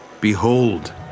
Behold